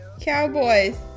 cowboys